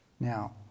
Now